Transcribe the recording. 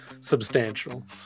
substantial